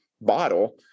bottle